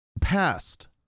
past